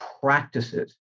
practices